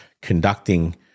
conducting